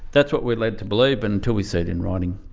that's what we're led to believe but until we see it in writing.